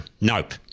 nope